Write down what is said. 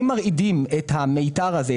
אם מרעידים את המיתר הזה,